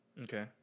Okay